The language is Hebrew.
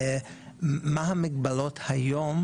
מה המגבלות היום?